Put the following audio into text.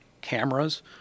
cameras